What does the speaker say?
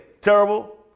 Terrible